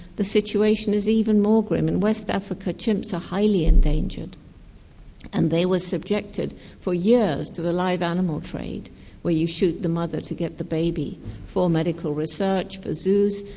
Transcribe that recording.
the situation is even more grim. in west africa, chimps are highly endangered and they were subjected for years to the live animal trade where you shoot the mother to get the baby for medical research, for zoos,